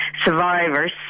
survivors